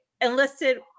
enlisted